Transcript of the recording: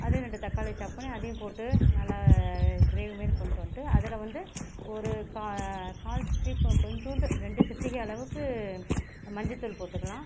அதையும் ரெண்டு தக்காளி சாப் பண்ணி அதையும் போட்டு நல்லா கிரேவி மாதிரி கொண்டுட்டு வந்துட்டு அதில் வந்து ஒரு கால் டீஸ்பூன் கொஞ்ஜோன்டு ரெண்டு சிட்டிகை அளவுக்கு மஞ்சள் தூள் போட்டுக்கலாம்